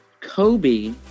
Kobe